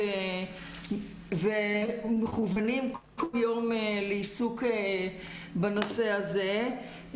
ומכוונים כל יום לעיסוק בנושא הזה,